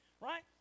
Right